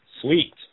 Sweet